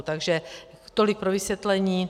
Takže tolik pro vysvětlení.